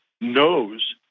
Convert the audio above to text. knows